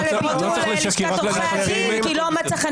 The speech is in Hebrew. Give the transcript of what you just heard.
לביטול לשכת עורכי הדין כי לא מוצא חן